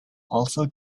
also